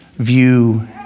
View